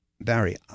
Barry